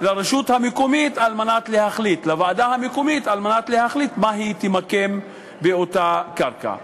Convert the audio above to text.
לוועדה המקומית להחליט מה היא תקים באותה קרקע.